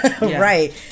Right